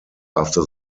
after